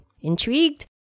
Intrigued